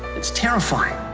it's terrifying.